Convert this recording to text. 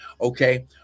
Okay